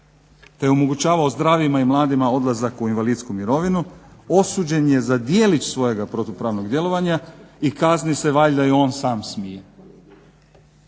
da je omogućavao zdravima i mladima odlazak u invalidsku mirovinu, osuđen je za djelić svojega protupravnog djelovanja i kazni se valjda i on sam smije.